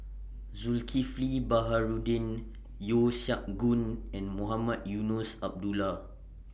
Zulkifli Baharudin Yeo Siak Goon and Mohamed Eunos Abdullah